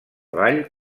ball